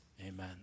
Amen